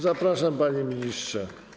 Zapraszam, panie ministrze.